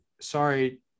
sorry